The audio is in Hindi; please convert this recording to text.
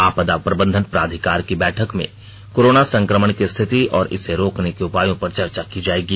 आपदा प्रबंधन प्राधिकार की बैठक में कोरोना संक्रमण की स्थिति और इसे रोकने के उपायों पर चर्चा की जाएगी